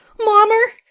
mommer.